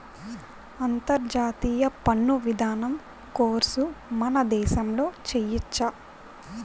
అంతర్జాతీయ పన్ను విధానం కోర్సు మన దేశంలో చెయ్యొచ్చా